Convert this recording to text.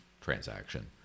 transaction